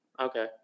Okay